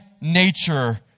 nature